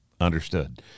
understood